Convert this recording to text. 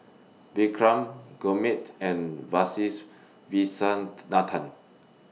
Vikram Gurmeet and Kasiviswanathan